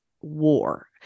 war